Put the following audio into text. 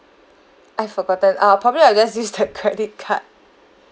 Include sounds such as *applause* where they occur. I've forgotten uh probably I'll just *laughs* use that credit card